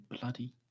bloody